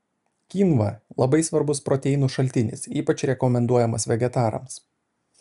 kynva labai svarbus proteinų šaltinis ypač rekomenduojamas vegetarams